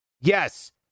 Yes